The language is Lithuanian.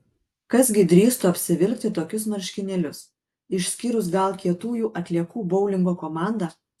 kas gi drįstų apsivilkti tokius marškinėlius išskyrus gal kietųjų atliekų boulingo komandą